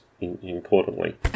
importantly